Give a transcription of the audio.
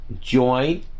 Join